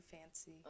fancy